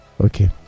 Okay